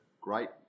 great